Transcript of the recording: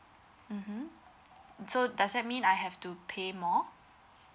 mmhmm so does that mean I have to pay more